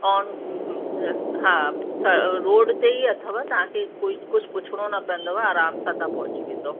और हा रोड ते ई अथव तव्हांखे कोई कुझु पुछिणो न पईंदव आराम सां तव्हां पहुची वेंदो